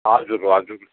हजुर हजुर